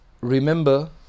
Remember